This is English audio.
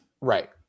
Right